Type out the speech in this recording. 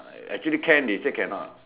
actually can they say cannot